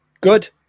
good